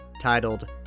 titled